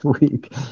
week